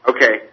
Okay